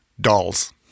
Dolls